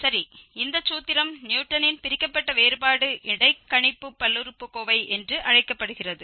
சரி இந்த சூத்திரம் நியூட்டனின் பிரிக்கப்பட்ட வேறுபாடு இடைக்கணிப்பு பல்லுறுப்புக்கோவை என்று அழைக்கப்படுகிறது